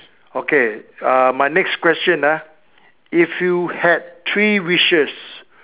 okay uh my next question ah if you had three wishes